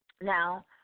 now